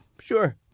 sure